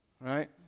right